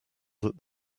that